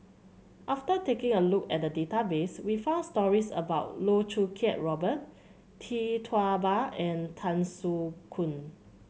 after taking a look at the database we found stories about Loh Choo Kiat Robert Tee Tua Ba and Tan Soo Khoon